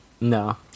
No